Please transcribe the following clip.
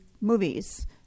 movies